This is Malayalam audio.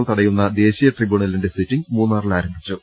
ങ്ങൾ തടയുന്ന ദേശീയ ട്രിബ്യൂണലിന്റെ സിറ്റിംഗ് മൂന്നാറിൽ ആരംഭിച്ചു